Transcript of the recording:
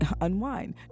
unwind